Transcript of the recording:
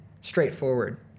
Straightforward